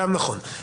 גם נכון.